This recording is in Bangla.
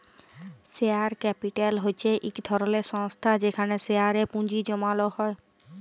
শেয়ার ক্যাপিটাল হছে ইক ধরলের সংস্থা যেখালে শেয়ারে পুঁজি জ্যমালো হ্যয়